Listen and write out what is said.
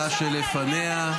שלפניה.